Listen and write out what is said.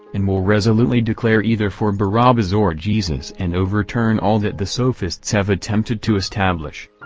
and will resolutely declare either for barabbas or jesus and overturn all that the sophists have attempted to establish.